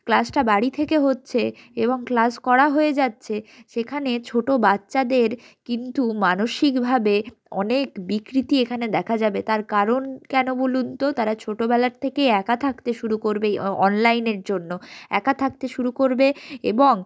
ক্লাসটা বাড়ি থেকে হচ্ছে এবং ক্লাস করা হয়ে যাচ্ছে সেখানে ছোটো বাচ্চাদের কিন্তু মানসিকভাবে অনেক বিকৃতি এখানে দেখা যাবে তার কারণ কেন বলুন তো তারা ছোটোবেলার থেকে একা থাকতে শুরু করবে অনলাইনের জন্য একা থাকতে শুরু করবে এবং